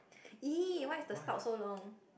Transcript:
!eee! why is the snout so long